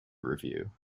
review